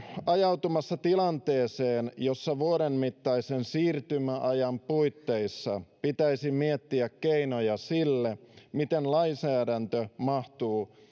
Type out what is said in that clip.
ajautumassa tilanteeseen jossa vuoden mittaisen siirtymäajan puitteissa pitäisi miettiä keinoja sille miten lainsäädäntö mahtuu